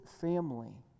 family